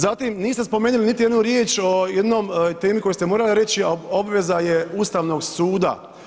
Zatim niste spomenuli niti jednu riječ o jednoj temi koju ste morali reći a obveza je Ustavnog suda.